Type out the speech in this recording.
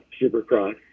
supercross